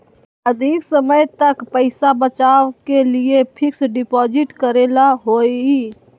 अधिक समय तक पईसा बचाव के लिए फिक्स डिपॉजिट करेला होयई?